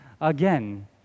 Again